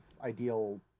ideal